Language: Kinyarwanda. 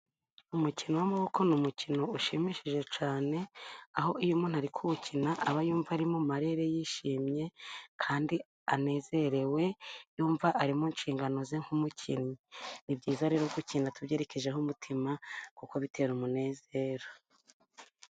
Umukino w'amaboko ni umukino ushimishije cyane, aho iyo umuntu ari kuwukina aba yumva ari mu marere yishimye, kandi anezerewe yumva ari mu nshingano ze nk'umukinnyi. Ni byiza rero gukina tubyerekejeho umutima kuko bitera umunezero.